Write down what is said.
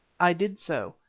i did so.